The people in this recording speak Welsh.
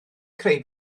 creu